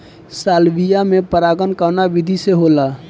Salvia में परागण कउना विधि से होला?